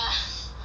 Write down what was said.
ah